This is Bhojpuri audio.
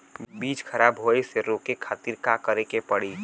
बीज खराब होए से रोके खातिर का करे के पड़ी?